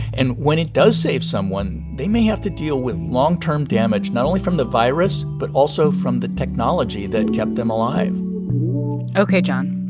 and when it does save someone, they may have to deal with long-term damage, not only from the virus but also from the technology that kept them alive ok, jon,